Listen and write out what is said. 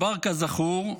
כזכור,